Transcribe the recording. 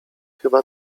chyba